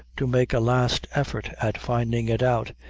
to make a last effort at finding it out,